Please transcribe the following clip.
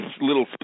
little